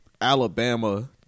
Alabama